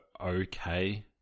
okay